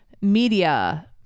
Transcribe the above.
media